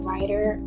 Writer